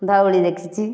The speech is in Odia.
ଧଉଳି ଦେଖିଛି